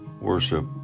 worship